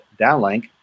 downlink